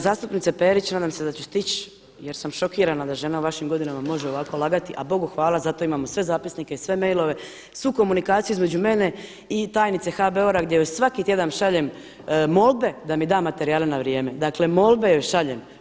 Zastupnice Perić, nadam se da ću stić jer sam šokirana da žena u vašim godinama može ovako lagati, a Bogu hvala zato imamo sve zapisnike, sve mailove, svu komunikaciju između mene i tajnice HBOR-a gdje joj svaki tjedan šaljem molbe da mi da materijale na vrijeme, dakle molbe joj šaljem.